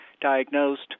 diagnosed